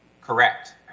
Correct